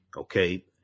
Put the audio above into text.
Okay